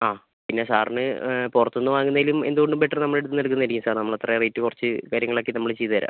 ആ പിന്നെ സാറിന് പുറത്തുനിന്ന് വാങ്ങുന്നതിലും എന്തുകൊണ്ടും ബെറ്റർ നമ്മളടുത്തുനിന്ന് എടുക്കുന്നത് ആയിരിക്കും സാർ നമ്മൾ അത്ര റേറ്റ് കുറച്ച് കാര്യങ്ങളൊക്കെ നമ്മൾ ചെയ്തുതരാം